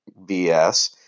bs